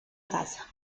casa